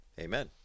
Amen